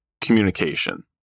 communication